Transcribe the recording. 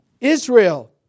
Israel